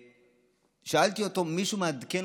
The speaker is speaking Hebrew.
שאלתי אותו: מישהו במערכת